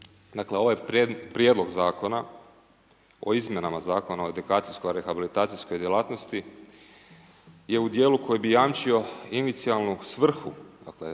Dakle ovaj Prijedlog zakona o izmjenama Zakona o edukacijsko rehabilitacijskoj djelatnosti je u dijelu koji bi jamčio inicijalnu svrhu. Dakle,